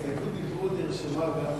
הסתייגות דיבור נרשמה גם בשמי.